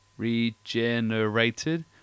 Regenerated